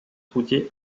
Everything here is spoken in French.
routier